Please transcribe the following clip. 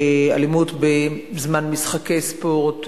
אלימות בזמן משחקי ספורט,